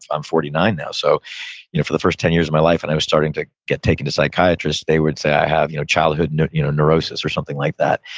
i'm forty nine now. so you know for the first ten years of my life when and i was starting to get taken to psychiatrists, they would say i have you know childhood and you know neurosis or something like that.